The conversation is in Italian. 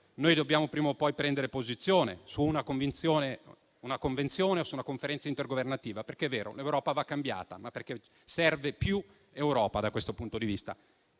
poi dobbiamo prendere posizione su una convenzione o su una conferenza intergovernativa, perché è vero, l'Europa va cambiata e serve più Europa, da questo punto di vista.